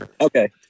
Okay